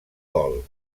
gol